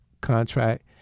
contract